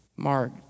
Mark